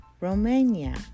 Romania